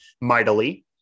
mightily